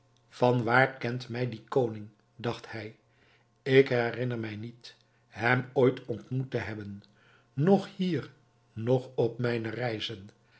van waar kent mij die koning dacht hij ik herinner mij niet hem ooit ontmoet te hebben noch hier noch op mijne reizen